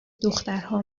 دخترها